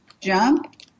Jump